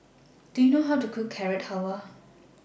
Do YOU know How to Cook Carrot Halwa